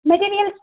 material